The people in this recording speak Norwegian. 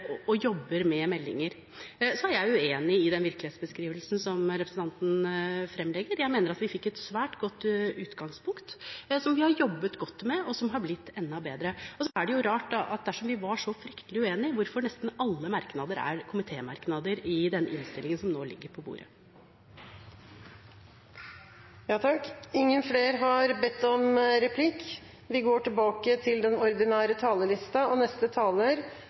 og jobber med meldingen. Så er jeg uenig i den virkelighetsbeskrivelsen som representanten fremlegger. Jeg mener vi fikk et svært godt utgangspunkt, som vi har jobbet godt med, og som har blitt enda bedre. Så er det rart – dersom vi var så fryktelig uenige – at nesten alle merknadene er komitemerknader i innstillingen som nå ligger på bordet. Replikkordskiftet er over. I dag behandlar vi fosterheimsmeldinga. Det er gledeleg at vi alle i komiteen viser med våre merknader at vi har vilje til